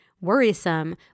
worrisome